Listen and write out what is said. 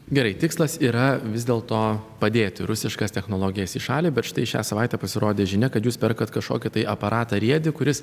gerai tikslas yra vis dėl to padėti rusiškas technologijas į šalį bet štai šią savaitę pasirodė žinia kad jūs perkat kažkokį tai aparatą riedį kuris